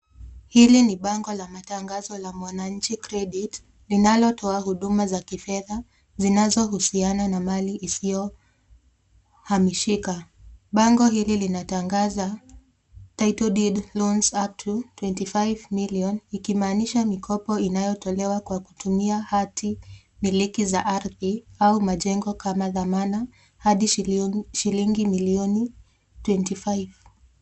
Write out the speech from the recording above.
Hili ni bango la matangazo la Mwananchi Credit, linalotoa huduma za kifedha zinazohusiana na mali isiyohamishika. Bango hili linatangaza TITLE DEED LOANS UPTO 25M ikimaanisha mikopo inayotolewa kwa kutumia hatimiliki za ardhi, au majengo kama thamana hadi shilingi milioni twenty five .